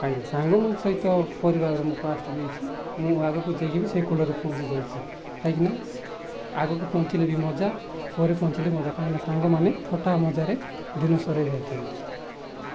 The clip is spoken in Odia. କାହିଁ ସାଙ୍ଗଙ୍କ ସହିତ ପରିବାରର ମୁଁ ଫାଷ୍ଟ ବି ହେଇଛି ମୁଁ ଆଗକୁ ଯାଇକି ବି ସେଇ କୁଳରେ ପହଞ୍ଚି ଯାଇଛିି କାହିଁକିନା ଆଗକୁ ପହଞ୍ଚିଲେ ବି ମଜା ପରେ ପହଞ୍ଚିଲେ ମଜା କାହିଁକିନା ସାଙ୍ଗମାନେ ଥଟା ମଜାରେ ଦିନ ସରେ ଯାଇଥାନ୍ତି